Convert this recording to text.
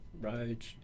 roads